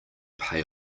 pay